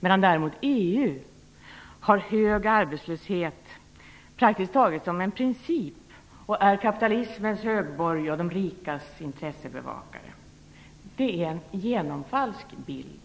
Men däremot har EU hög arbetslöshet praktiskt taget som en princip, är kapitalismens högborg och de rikas intressebevakare. Det är en genomfalsk bild.